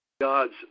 God's